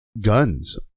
guns